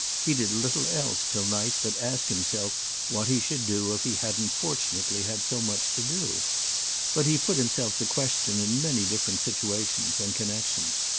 he did little else till night but ask himself what he should do if he hadn't fortunately had so much to do but he put himself the question in many different situations and connexions.